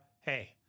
hey